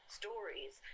stories